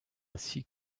ainsi